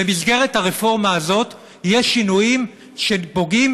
במסגרת הרפורמה הזאת יש שינויים שפוגעים